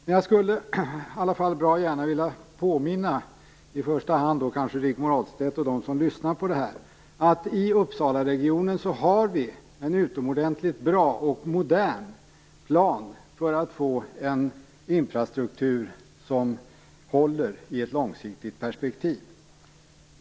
Men jag skulle bra gärna vilja påminna i första hand Rigmor Ahlstedt och övriga som lyssnar att i Uppsalaregionen finns det en utomordentligt bra och modern plan för att få en infrastruktur som håller i ett långsiktigt perspektiv.